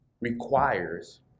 requires